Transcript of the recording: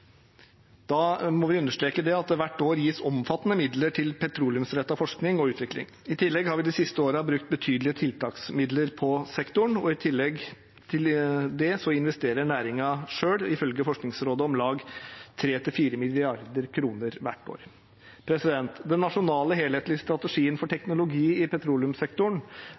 Da må vi understreke at det hvert år gis omfattende midler til petroleumsrettet forskning og utvikling. I tillegg har vi de siste årene brukt betydelige tiltaksmidler på sektoren, og i tillegg til det investerer næringen selv, ifølge Forskningsrådet, om lag 3–4 mrd. kr hvert år. Den nasjonale helhetlige strategien for teknologi i petroleumssektoren